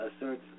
asserts